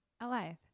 alive